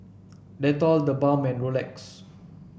Dettol TheBalm and Rolex